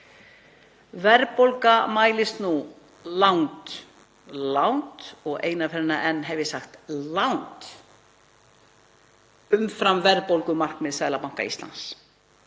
„Verðbólga mælist nú langt“ — og eina ferðina enn segi ég langt — „umfram verðbólgumarkmið Seðlabanka Íslands.